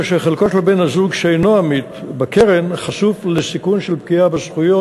כאשר חלקו של בן-הזוג שאינו עמית בקרן חשוף לסיכון של פגיעה בזכויות,